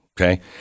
okay